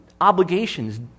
Obligations